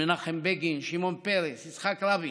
מנחם בגין, שמעון פרס, יצחק רבין,